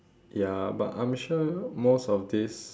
ya but I'm sure most of this